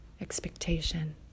expectation